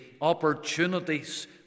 opportunities